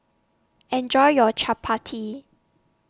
Enjoy your Chapati